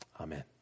Amen